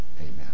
Amen